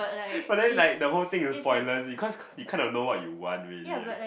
but then like the whole thing is spoiler because it can't know what you want really